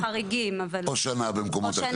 או שנה במקומות אחרים.